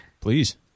please